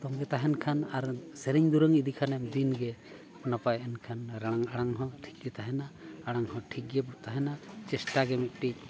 ᱛᱳᱸᱜᱮ ᱛᱟᱦᱮᱱ ᱠᱷᱟᱱ ᱟᱨ ᱥᱮᱨᱮᱧ ᱫᱩᱨᱟᱹᱝ ᱤᱫᱤ ᱠᱷᱟᱱᱮᱢ ᱫᱤᱱ ᱜᱮ ᱱᱟᱯᱟᱭ ᱮᱱᱠᱷᱟᱱ ᱨᱟᱲᱟᱝ ᱟᱲᱟᱝ ᱦᱚᱸ ᱴᱷᱤᱠ ᱜᱮ ᱛᱟᱦᱮᱱᱟ ᱟᱲᱟᱝ ᱦᱚᱸ ᱴᱷᱤᱠ ᱜᱮ ᱛᱟᱦᱮᱱᱟ ᱪᱮᱥᱴᱟ ᱜᱮ ᱢᱤᱫᱴᱤᱡ